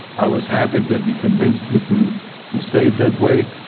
i was happy that he convinced me to to say it that way.